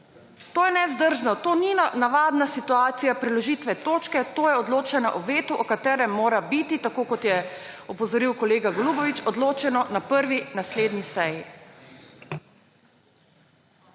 To je nevzdržno. To ni navadna situacija preložitve točke, to je odločanje o vetu, o katerem mora biti, tako kot je opozoril kolega Golubović, odločeno na prvi naslednji seji.